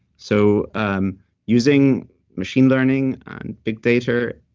so um using machine learning and big data,